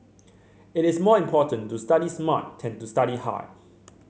it is more important to study smart than to study hard